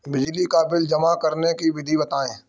बिजली का बिल जमा करने की विधि बताइए?